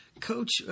Coach